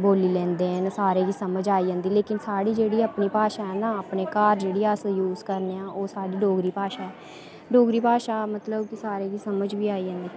बोल्ली लैंदे न सारें गी समझ आई जंदी साढ़ी जेह्ड़ी अपनी भाशा ऐ ना साढ़े घर जेह्ड़ी यूज़ करदे न साढ़ी डोगरी भाशा डोगरी भाशा मतलब सारेंगी समझ बी आई जंदी